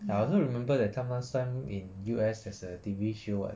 I also remember that time last time in U_S there's a T V show [what]